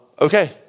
okay